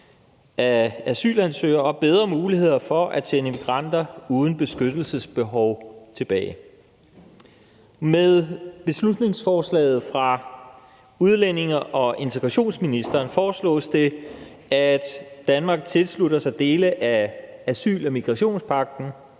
af asylansøgere og bedre muligheder for at sende migranter uden beskyttelsesbehov tilbage. Med beslutningsforslaget fra udlændinge- og integrationsministeren foreslås det, at Danmark tilslutter sig dele af asyl- og migrationspagten,